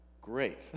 great